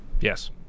Yes